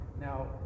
Now